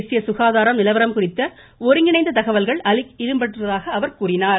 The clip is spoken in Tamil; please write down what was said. தேசிய சுகாதாரம் நிலவரம் குறித்த ஒருங்கிணைந்த தகவல்கள் அறிக்கையில் இடம்பெற்றுள்ளதாக அவர் கூறினார்